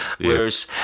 whereas